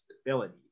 stability